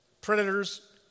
predators